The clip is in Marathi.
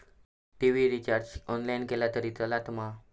टी.वि रिचार्ज ऑनलाइन केला तरी चलात मा?